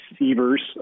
receivers